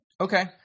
Okay